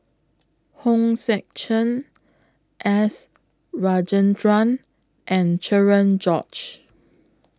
Hong Sek Chern S Rajendran and Cherian George